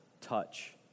touch